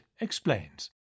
explains